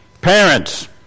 Parents